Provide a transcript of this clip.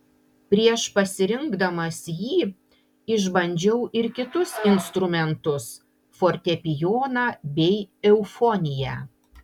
prieš pasirinkdamas jį išbandžiau ir kitus instrumentus fortepijoną bei eufoniją